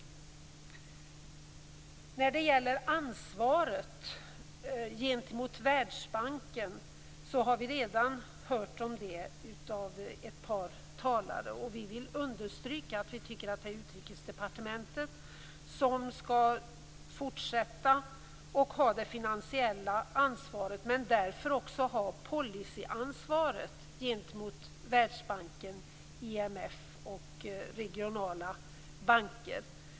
Vi har redan hört om ansvaret gentemot Världsbanken av ett par talare. Vi kristdemokrater vill understryka att vi tycker att det är Utrikesdepartementet som skall fortsätta att ha det finansiella ansvaret och därför också policyansvaret gentemot Världsbanken, IMF och regionala banker.